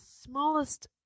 smallest